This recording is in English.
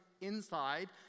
inside